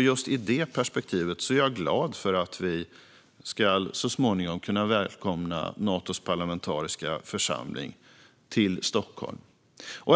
Just i det perspektivet är jag glad för att vi så småningom ska kunna välkomna Natos parlamentariska församling till Stockholm.